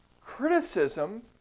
criticism